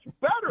better